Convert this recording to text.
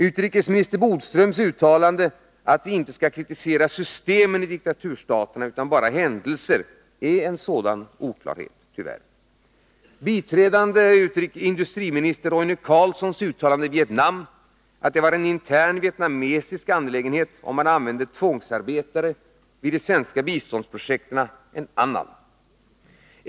Utrikesminister Bodströms uttalande att vi inte skall kritisera systemen i diktaturstater utan bara händelser är tyvärr en sådan oklarhet. Biträdande industriminister Roine Carlssons uttalande i Vietnam att det var en intern vietnamesisk angelägenhet om man använde tvångsarbetare vid de svenska biståndsprojekten är en annan.